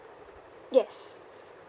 yes